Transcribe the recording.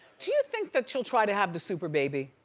do you think that she'll try to have the super baby?